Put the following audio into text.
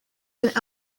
and